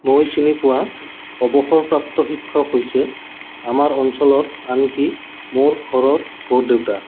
মই চিনি পোৱা অৱসৰপ্ৰাপ্ত শিক্ষক হৈছে আমাৰ অঞ্চলৰ আনকি মোৰ ঘৰৰ বৰ দেউতা